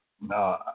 No